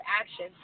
action